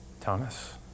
Thomas